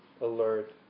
alert